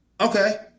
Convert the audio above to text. Okay